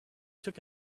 took